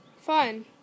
Fun